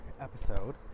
episode